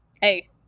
Hey